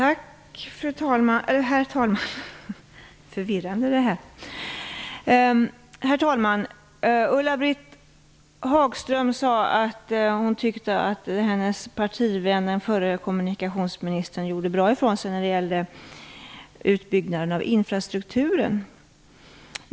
Herr talman! Ulla-Britt Hagström sade att hon tyckte att hennes partivän, förre kommunikationsministern, gjorde bra ifrån sig när det gällde utbyggnaden av infrastrukturen.